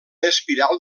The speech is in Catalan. espiral